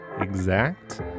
exact